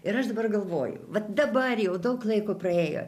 ir aš dabar galvoju va dabar jau daug laiko praėjo